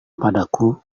padaku